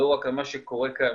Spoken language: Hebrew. לא רק על מה שקורה כאן,